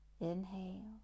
Inhale